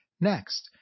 next